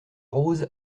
rose